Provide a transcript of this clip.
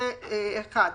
זה אחד.